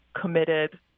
committed